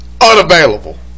unavailable